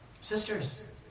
Sisters